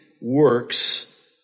works